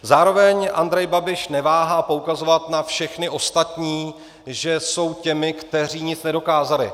Zároveň Andrej Babiš neváhá poukazovat na všechny ostatní, že jsou těmi, kteří nic nedokázali.